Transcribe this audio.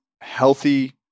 healthy